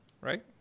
right